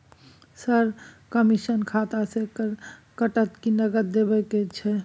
Sir, commission खाता से कटत कि नगद देबै के अएछ?